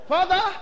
Father